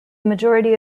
majority